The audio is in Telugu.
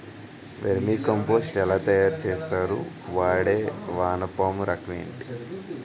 వెర్మి కంపోస్ట్ ఎలా తయారు చేస్తారు? వాడే వానపము రకం ఏంటి?